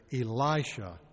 Elisha